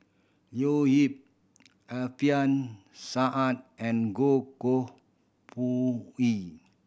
Leo Yip Alfian Sa'at and Goh Koh Pui E